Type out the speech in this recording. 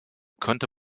könnte